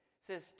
says